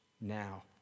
now